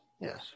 yes